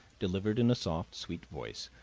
delivered in a soft, sweet voice,